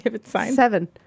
Seven